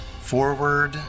forward